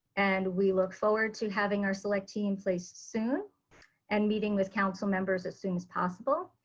and we look forward to having our selectee in place soon and meeting with council members as soon as possible.